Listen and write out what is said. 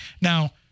Now